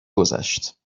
گذشت